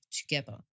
Together